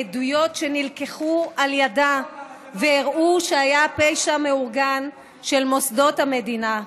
מעדויות שנלקחו על ידה ושהראו שהיה פשע מאורגן של מוסדות המדינה,